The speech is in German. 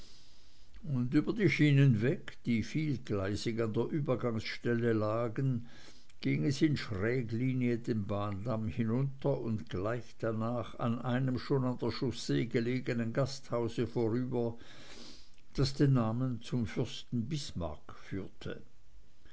und über die schienenweg die vielgleisig an der übergangsstelle lagen ging es in schräglinie den bahndamm hinunter und gleich danach an einem schon an der chaussee gelegenen gasthaus vorüber das den namen zum fürsten bismarck führte